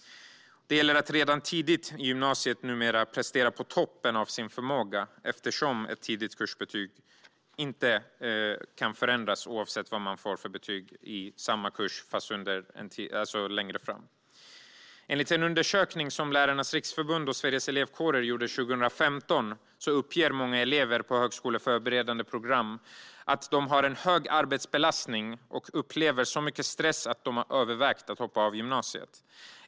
Det gäller att redan tidigt under gymnasiet prestera på toppen av sin förmåga, eftersom ett tidigt kursbetyg inte kan förändras, oavsett vilket betyg man får i samma kurs längre fram. Enligt en undersökning som Lärarnas Riksförbund och Sveriges Elevkårer gjorde 2015 uppger många elever på högskoleförberedande program att de har hög arbetsbelastning och upplever så mycket stress att de har övervägt att hoppa av gymnasiet.